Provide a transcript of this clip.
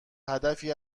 هدفی